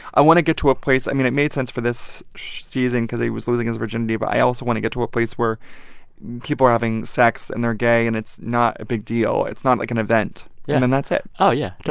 i want to get to a place i mean, it made sense for this season because he was losing his virginity. but i also want to get to a place where people are having sex. and they're gay. and it's not a big deal. it's not like an event yeah and then, that's it oh, yeah. totally